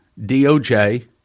DOJ